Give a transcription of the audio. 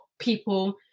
people